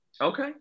Okay